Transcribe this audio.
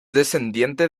descendiente